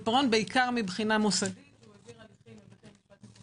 פירעון בעיקרי מבחינה מוסדית- -- שלום